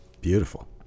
Beautiful